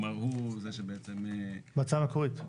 בהצעה המקורית.